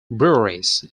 breweries